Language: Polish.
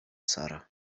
sara